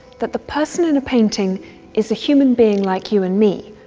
that the person in a painting is a human being like you and me,